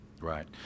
Right